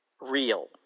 real